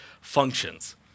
functions